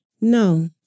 No